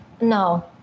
no